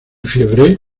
fiebre